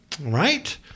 Right